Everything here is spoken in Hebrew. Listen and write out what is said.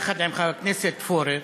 יחד עם חבר הכנסת פורר,